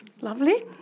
lovely